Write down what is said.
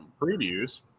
previews